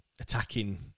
attacking